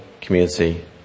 community